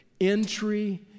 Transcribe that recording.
entry